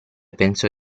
pensò